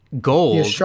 Gold